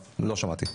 לא שמעתי.